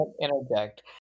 interject